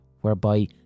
whereby